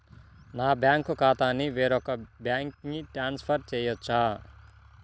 నా బ్యాంక్ ఖాతాని వేరొక బ్యాంక్కి ట్రాన్స్ఫర్ చేయొచ్చా?